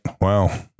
Wow